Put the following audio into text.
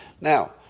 Now